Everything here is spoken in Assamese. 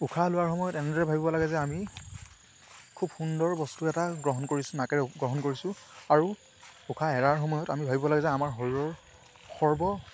উশাহ লোৱাৰ সময়ত এনেদৰে ভাবিব লাগে যে আমি খুব সুন্দৰ বস্তু এটা গ্ৰহণ কৰিছোঁ নাকেৰে গ্ৰহণ কৰিছোঁ আৰু উশাহ এৰাৰ সময়ত আমি ভাবিব লাগে যে আমাৰ শৰীৰৰ সৰ্ব